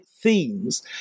themes